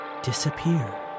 disappear